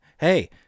hey